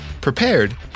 prepared